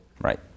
Right